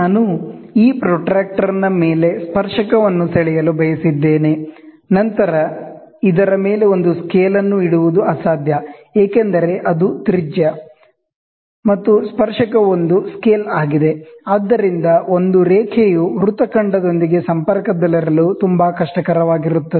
ನಾನು ಈ ಪ್ರೊಟ್ರಾಕ್ಟರ್ನ ಮೇಲೆ ಟ್ಯಾಂಜೆಂಟ್ ನ್ನು ಬರೆಯಲು ಬಯಸಿದ್ದೇನೆ ನಂತರ ಇದರ ಮೇಲೆ ಒಂದು ಸ್ಕೇಲ್ ಅನ್ನು ಇಡುವುದು ಅಸಾಧ್ಯ ಏಕೆಂದರೆ ಅದು ತ್ರಿಜ್ಯ ಮತ್ತು ಟ್ಯಾಂಜೆಂಟ್ ವು ಒಂದು ಸ್ಕೇಲ್ ಆಗಿದೆ ಆದ್ದರಿಂದ ಒಂದು ರೇಖೆಯು ಆರ್ಕ್ ದೊಂದಿಗೆ ಸಂಪರ್ಕದಲ್ಲಿರಲು ತುಂಬಾ ಕಷ್ಟಕರವಾಗಿರುತ್ತದೆ